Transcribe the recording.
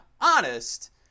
honest